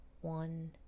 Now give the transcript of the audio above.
one